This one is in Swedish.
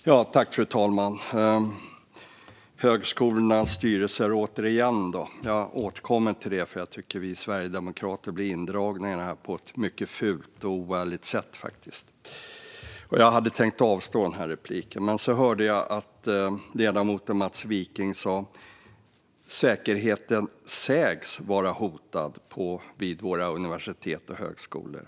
Fru talman! Här togs högskolornas styrelser återigen upp. Jag återkommer till det, för jag tycker faktiskt att vi sverigedemokrater blir indragna på ett mycket fult och oärligt sätt. Jag hade tänkt avstå detta replikskifte, men så hörde jag att ledamoten Mats Wiking sa att säkerheten sägs vara hotad vid våra universitet och högskolor.